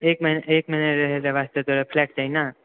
एक महीना एक महीना रहयके वास्ते तोरा फ्लैट चाही न